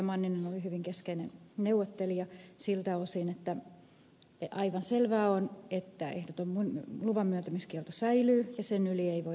manninen oli hyvin keskeinen neuvottelija siltä osin että aivan selvää on että ehdoton luvanmyöntämiskielto säilyy ja sen yli ei voida kävellä